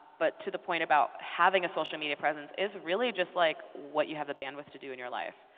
but to the point about having a social media presence is really just like what you have the bandwidth to do in your life.